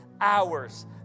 hours